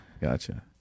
gotcha